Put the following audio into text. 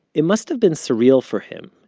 it must have been surreal for him.